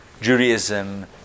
Judaism